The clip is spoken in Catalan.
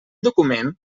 document